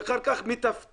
ואחר כך מטפטף,